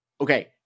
Okay